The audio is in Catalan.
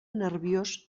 nerviós